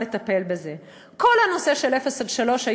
יודעת איך להתמודד עם אפס עד שלוש,